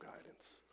guidance